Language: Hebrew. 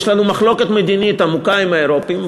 יש לנו מחלוקת מדינית עמוקה עם האירופים,